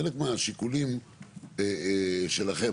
חלק מהשיקולים שלכם,